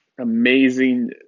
amazing